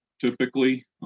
typically